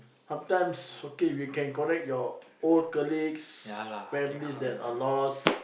sometimes okay we can connect your old colleagues families that are lost